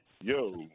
yo